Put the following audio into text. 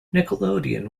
nickelodeon